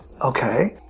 Okay